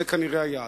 זה כנראה היעד.